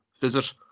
visit